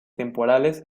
temporales